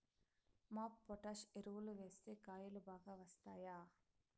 MOP పొటాష్ ఎరువులు వేస్తే కాయలు బాగా వస్తాయా?